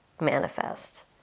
manifest